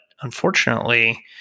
unfortunately